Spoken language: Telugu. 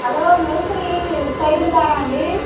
హలో మేస్త్రిజీ సైదులు గారా అండీ